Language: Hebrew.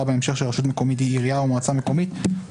בהמשך שרשות מקומית היא עירייה או מועצה מקומית,